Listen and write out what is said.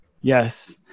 Yes